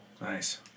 Nice